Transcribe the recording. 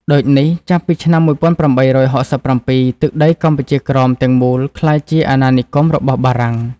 ដូចនេះចាប់ពី ឆ្នាំ ១៨៦៧ទឹកដីកម្ពុជាក្រោម ទាំងមូលក្លាយជាអាណានិគមរបស់បារាំង។